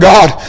God